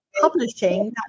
publishing